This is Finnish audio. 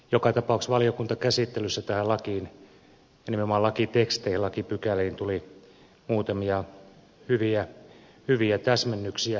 joka tapauksessa valiokuntakäsittelyssä tähän lakiin nimenomaan lakiteksteihin lakipykäliin tuli muutamia hyviä täsmennyksiä